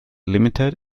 limited